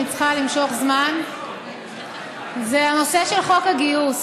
צריכה למשוך זמן זה הנושא של חוק הגיוס.